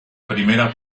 primera